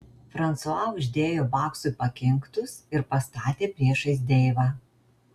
fransua uždėjo baksui pakinktus ir pastatė priešais deivą